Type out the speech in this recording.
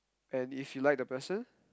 and if you like the person